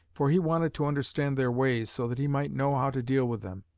for he wanted to understand their ways so that he might know how to deal with them.